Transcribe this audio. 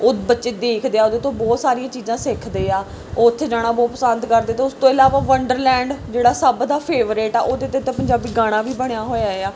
ਉਹ ਬੱਚੇ ਦੇਖਦੇ ਆ ਓਹਦੇ ਤੋਂ ਬਹੁਤ ਸਾਰੀਆਂ ਚੀਜ਼ਾਂ ਸਿੱਖਦੇ ਆ ਓਥੇ ਜਾਣਾ ਬਹੁਤ ਪਸੰਦ ਕਰਦੇ ਅਤੇ ਉਸ ਤੋਂ ਇਲਾਵਾ ਵੰਡਰਲੈਂਡ ਜਿਹੜਾ ਸਭ ਦਾ ਫੇਵਰਟ ਆ ਉਹਦੇ 'ਤੇ ਤਾਂ ਪੰਜਾਬੀ ਗਾਣਾ ਵੀ ਬਣਿਆ ਹੋਇਆ ਆ